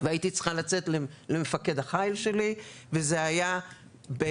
והייתי צריכה לצאת מהארון בפני מפקד החייל שלי וזה היה בוושינגטון,